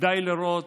כדאי לראות.